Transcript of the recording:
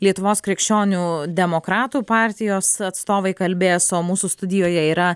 lietuvos krikščionių demokratų partijos atstovai kalbės o mūsų studijoje yra